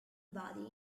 body